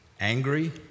angry